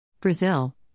Brazil